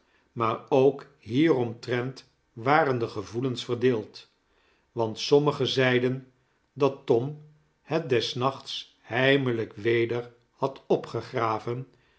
maar ook hieromtrent waren de gevoelens verdeeld want sommigen zeiden dat tom het des nachts heimelijk weder had opgegraven